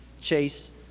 Chase